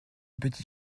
petit